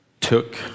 took